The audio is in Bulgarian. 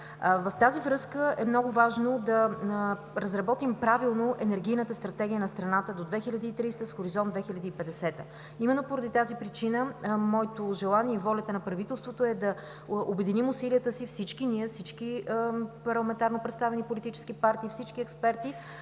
В тази връзка е много важно да разработим правилно енергийната стратегия на страната до 2030 г. с хоризонт до 2050 г. Именно по тази причина моето желание и волята на правителството е да обединим усилията си всички ние, всички парламентарно представени политически партии, всички експерти,